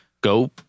Go